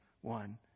one